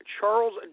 Charles